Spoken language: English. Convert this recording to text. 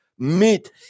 Meet